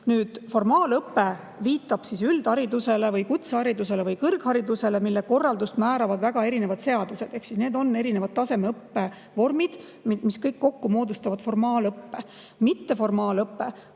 Formaalõpe viitab üldharidusele, kutseharidusele või kõrgharidusele, mille korraldust määravad väga erinevad seadused. Need on erinevad tasemeõppe vormid, mis kõik kokku moodustavad formaalõppe. Mitteformaalõpe